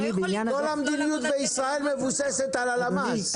כל המדיניות בישראל מבוססת על הלמ"ס.